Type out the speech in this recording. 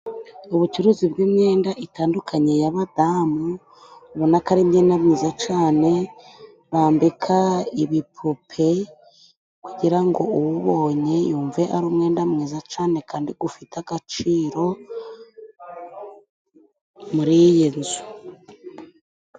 Ubucuruzi bw'imyenda itandukanye y' abadamu, ubona ko ari imyenda myiza cyane bambika ibipupe, kugirango uwubonye yumve ari umwenda mwiza cyane kandi ufite agaciro muri iyi nzu.